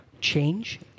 change